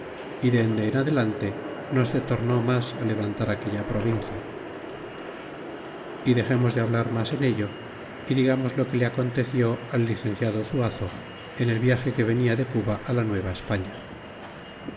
y dende en adelante no se tornó mas levantar aquella provincia y dexemos de hablar mas en ello y digamos lo que le aconteció al licenciado zuazo en el viage que venia de cuba la